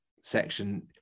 section